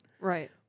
Right